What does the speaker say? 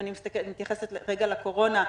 אם אני מתייחסת לקורונה,